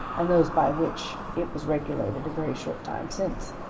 and those by which it was regulated a very short time since.